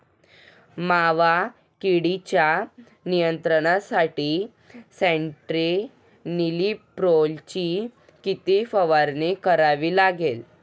मावा किडीच्या नियंत्रणासाठी स्यान्ट्रेनिलीप्रोलची किती फवारणी करावी लागेल?